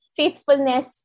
faithfulness